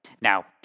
Now